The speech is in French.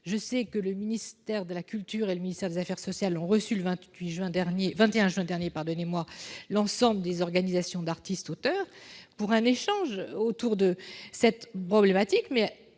suivantes. Le ministère de la culture et le ministère des affaires sociales ont reçu, le 21 juin dernier, l'ensemble des organisations d'artistes auteurs pour un échange autour de cette problématique,